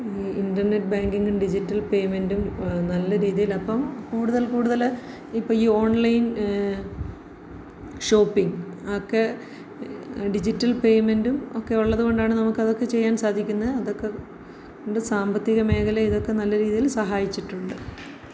internet ബാങ്കിങ്ങും digital പേയ്മെൻറ്റും നല്ല രീതിയിലപ്പോള് കൂടുതൽ കൂടുതല് ഇപ്പോള് ഈ ഓൺലൈൻ ഷോപ്പിങ്ങ് ഒക്കെ ഡിജിറ്റൽ പേയ്മെൻറ്റും ഒക്കെ ഉള്ളതു കൊണ്ടാണ് നമുക്കതൊക്കെ ചെയ്യാൻ സാധിക്കുന്നെ അതൊക്കെ സാമ്പത്തിക മേഖലയെ ഇതൊക്കെ നല്ലരീതിയിൽ സഹായിച്ചിട്ടുണ്ട്